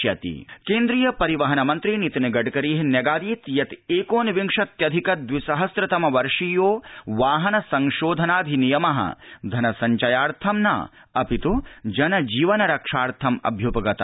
गडकरीवाहनाधिनियम केन्द्रीय परिवहन मन्त्री नितिन गडकरी न्यगादीत् यत् एकोनविंशत्यधिक द्विसहस्रतम वर्षीयो वाहन संशोधनाधिनियमः धनसंचयार्थं न अपित् जन जीवन रक्षार्थम् अभ्यूपगतः